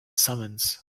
summons